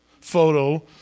photo